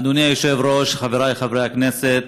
אדוני היושב-ראש, חבריי חברי הכנסת,